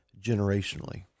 generationally